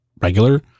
regular